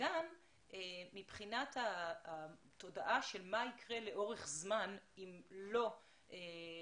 וגם מבחינת התודעה של מה יקרה לאורך זמן אם לא נאיר